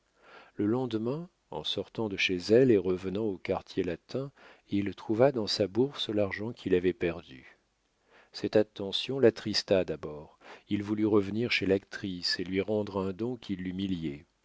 le lendemain en sortant de chez elle et revenant au quartier latin il trouva dans sa bourse l'argent qu'il avait perdu cette attention l'attrista d'abord il voulut revenir chez l'actrice et lui rendre un don